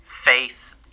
faith